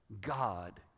God